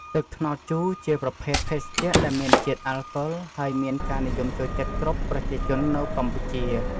ទឹកត្នោតជូរជាប្រភេទភេសជ្ជៈដែលមានជាតិអាល់កុល ហើយមានការនិយមចូលចិត្តគ្រប់ប្រជាជននៅកម្ពុជា។